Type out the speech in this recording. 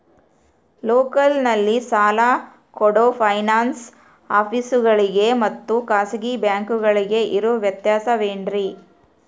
ಲೋಕಲ್ನಲ್ಲಿ ಸಾಲ ಕೊಡೋ ಫೈನಾನ್ಸ್ ಆಫೇಸುಗಳಿಗೆ ಮತ್ತಾ ಖಾಸಗಿ ಬ್ಯಾಂಕುಗಳಿಗೆ ಇರೋ ವ್ಯತ್ಯಾಸವೇನ್ರಿ?